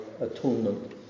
atonement